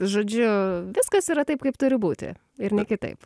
žodžiu viskas yra taip kaip turi būti ir ne kitaip